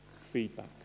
feedback